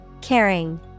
Caring